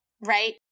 right